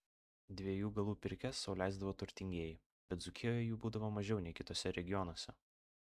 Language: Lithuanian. dviejų galų pirkias sau leisdavo turtingieji bet dzūkijoje jų būdavo mažiau nei kituose regionuose